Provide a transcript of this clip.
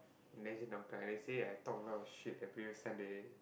imagine doctor i already say I talk a lot of shit the previous time they